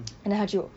and then 她就